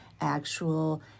actual